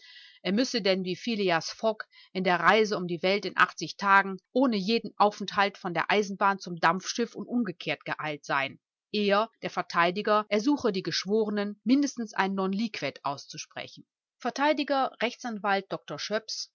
er müßte denn wie phileas fogg in der reise um die welt in acht tagen ohne jeden aufenthalt von der eisenbahn zum dampfschiff und umgekehrt geeilt sein er vert ersuche die geschworenen mindestens ein non liquet auszusprechen verteidiger rechtsanwalt dr